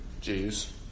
Jews